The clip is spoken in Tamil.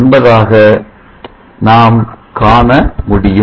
என்பதாக நாம் காணமுடியும்